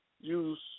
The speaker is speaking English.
use